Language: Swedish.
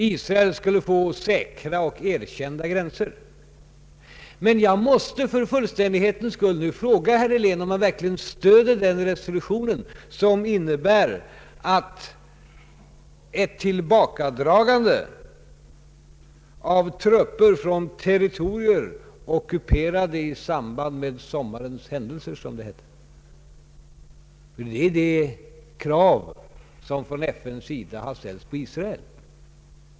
Israel skulle få ”säkra och erkända gränser”. För fullständighetens skull måste jag nu fråga herr Helén, om han verkligen stöder den resolutionen, som innebär ett tillbakadragande av trupper från ”territorier ockuperade i samband med sommarens händelser”, som det hette. Det är det krav som från FN:s sida har ställts på Israel.